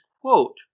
quote